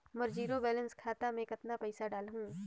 मोर zero balance खाता मे कतना पइसा डाल हूं?